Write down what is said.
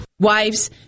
Wives